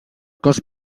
cos